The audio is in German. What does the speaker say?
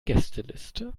gästeliste